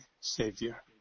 Savior